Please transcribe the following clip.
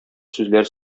сүзләр